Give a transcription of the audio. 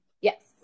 Yes